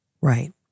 Right